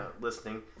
Listening